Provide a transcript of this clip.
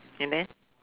and then